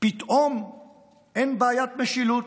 פתאום אין בעיית משילות,